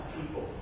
people